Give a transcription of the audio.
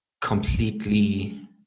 completely